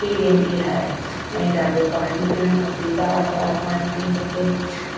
थी वेंदी आहे ऐं ॾाढो पाणी पीअणु खपे बार बार पाणी पीअणु खपे